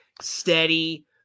steady